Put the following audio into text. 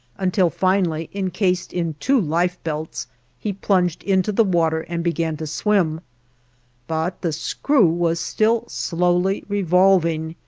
until finally encased in two life belts he plunged into the water and began to swim but the screw was still slowly revolving,